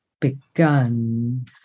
begun